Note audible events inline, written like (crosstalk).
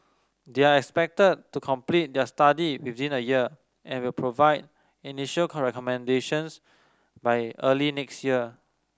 they are expected to complete their study within a year and will provide initial (unintelligible) recommendations by early next year